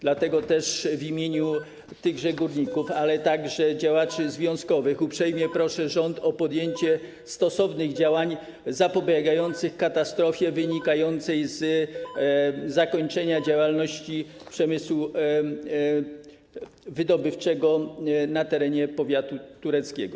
Dlatego też w imieniu tychże górników, ale także działaczy związkowych uprzejmie proszę rząd o podjęcie stosownych działań zapobiegających katastrofie wynikającej z zakończenia działalności przemysłu wydobywczego na terenie powiatu tureckiego.